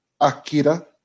Akira